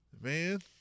Man